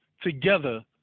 together